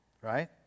right